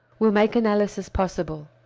will make analysis possible.